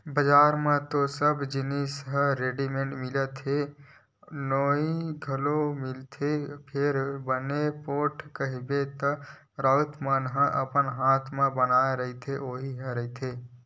बजार म तो सबे जिनिस ह रेडिमेंट मिलत हे नोई घलोक मिलत हे फेर बने पोठ कहिबे त राउत मन ह अपन हात म बनाए रहिथे उही ह रहिथे